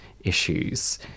issues